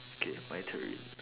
okay my turn